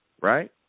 right